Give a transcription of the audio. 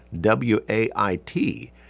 W-A-I-T